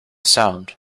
sound